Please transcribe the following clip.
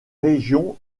régions